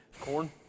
Corn